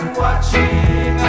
watching